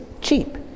cheap